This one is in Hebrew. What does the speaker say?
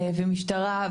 משטרה,